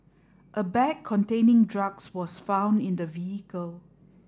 a bag containing drugs was found in the vehicle